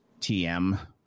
tm